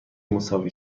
مساوی